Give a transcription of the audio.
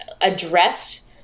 addressed